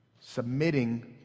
submitting